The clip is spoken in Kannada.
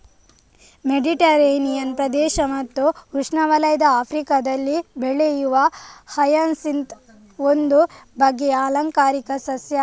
ಮೆಡಿಟರೇನಿಯನ್ ಪ್ರದೇಶ ಮತ್ತು ಉಷ್ಣವಲಯದ ಆಫ್ರಿಕಾದಲ್ಲಿ ಬೆಳೆಯುವ ಹಯಸಿಂತ್ ಒಂದು ಬಗೆಯ ಆಲಂಕಾರಿಕ ಸಸ್ಯ